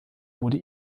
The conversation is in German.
wurde